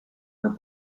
her